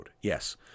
Yes